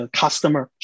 customer